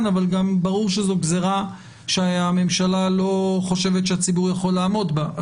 וגם ברור שזו גזירה שהממשלה לא חושבת שהציבור יכול לעמוד בה.